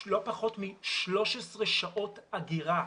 אנחנו מדברים על לא פחות מ-13 שעות אגירה.